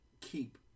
keep